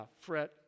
fret